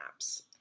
apps